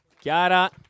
Chiara